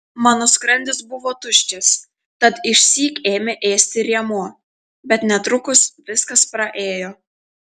mano skrandis buvo tuščias tad išsyk ėmė ėsti rėmuo bet netrukus viskas praėjo